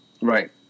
Right